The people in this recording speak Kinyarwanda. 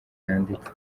yanditse